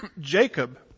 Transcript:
Jacob